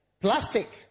plastic